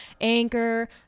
anchor